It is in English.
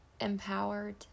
empowered